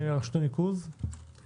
אני